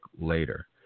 later